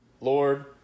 Lord